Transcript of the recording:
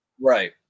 Right